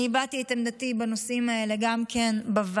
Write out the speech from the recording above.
אני הבעתי את עמדתי בנושאים האלה גם בוועדה.